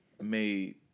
made